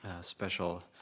special